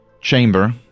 chamber